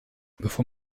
bevor